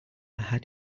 had